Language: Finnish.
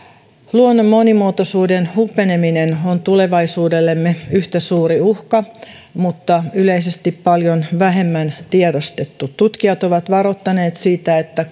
luonnon monimuotoisuuden hupeneminen on tulevaisuudellemme yhtä suuri uhka mutta yleisesti paljon vähemmän tiedostettu tutkijat ovat varoittaneet siitä että